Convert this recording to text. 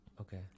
Okay